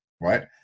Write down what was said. right